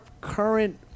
current